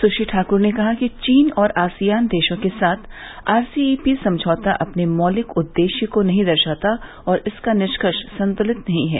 सुश्री ठाकुर ने कहा कि चीन और आसियान देशों के साथ आरसीईपी समझौता अपने मौलिक उद्देश्य को नहीं दर्शाता और इसका निष्कर्ष संतुलित नहीं है